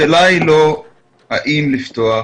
השאלה היא לא האם לפתוח